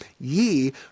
Ye